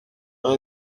ont